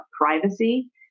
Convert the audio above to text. privacy